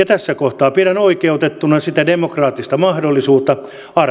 tässä kohtaa pidän oikeutettuna sitä demokraattista mahdollisuutta